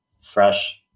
fresh